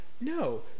No